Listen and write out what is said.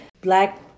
black